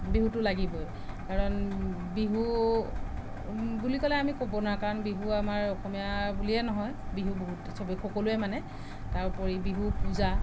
বিহুটো লাগিবই কাৰণ বিহু বুলি ক'লে আমি ক'ব নোৱাৰোঁ কাৰণ বিহু আমাৰ অসমীয়া বুলিয়েই নহয় বিহু বহুত চবেই সকলোৱেই মানে তাৰ উপৰি বিহু পূজা